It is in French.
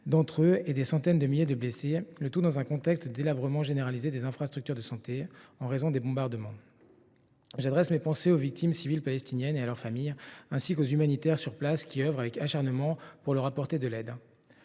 d’entre eux et des centaines de milliers de blessés, le tout dans un contexte de délabrement généralisé des infrastructures de santé en raison des bombardements. J’adresse mes pensées aux victimes civiles palestiniennes et à leurs familles, ainsi qu’aux humanitaires qui œuvrent avec acharnement sur place pour leur apporter de l’aide.